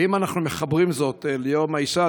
ואם אנחנו מחברים זאת ליום האישה,